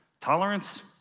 tolerance